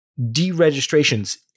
deregistrations